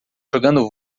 jogando